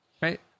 right